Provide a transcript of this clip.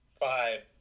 five